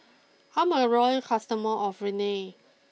I'm a loyal customer of Rene